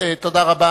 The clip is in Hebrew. תודה רבה.